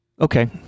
Okay